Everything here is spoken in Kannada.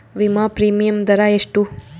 ವಿಮಾ ಪ್ರೀಮಿಯಮ್ ದರಾ ಎಷ್ಟು?